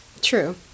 True